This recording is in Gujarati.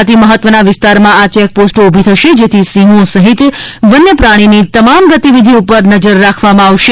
અતિ મહત્વના વિસ્તારમાં આ ચેકપોસ્ટો ઉભી થશે જેથી સિંહો સહિત વન્યપ્રાણીની તમામ ગતિવિધિ પર નજર રખવામાં આવશે